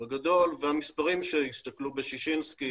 המספרים שהסתכלו בששינסקי